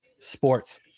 sports